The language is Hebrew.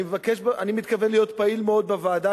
ואני מתכוון להיות פעיל מאוד בוועדה,